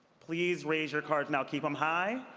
please raise your card. and keep them high.